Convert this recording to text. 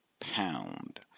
pound